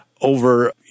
over